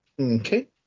Okay